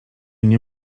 nie